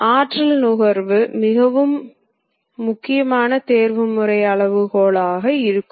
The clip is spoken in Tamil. பொதுவாக வட்ட அளவுருக்கள் இவ்வாறு குறிப்பிடப்படும்